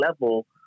level